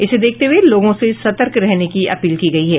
इसे देखते हुए लोगों से सतर्क रहने की अपील की गयी है